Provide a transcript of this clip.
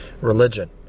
religion